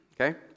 okay